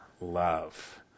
Love